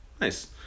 Nice